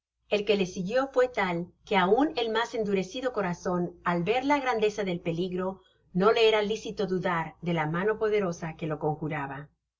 el que le siguio fué tal que aun el mas endurecido corazon al ver la grandeza del peligro no le era licito dudar de la mano poderosa que lo conjuraba